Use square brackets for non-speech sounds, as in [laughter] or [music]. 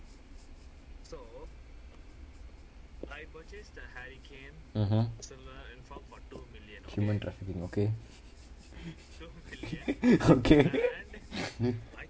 mmhmm human trafficking okay [laughs] okay